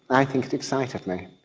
i think it excited me